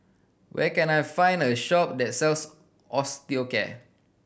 where can I find a shop that sells Osteocare